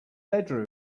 bedroom